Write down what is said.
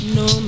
no